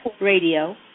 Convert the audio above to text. Radio